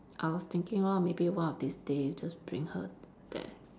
I was thinking lor maybe one of these days just bring her there